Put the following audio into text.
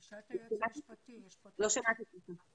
לקביעת דמי האבטלה לאוכלוסיות נוספות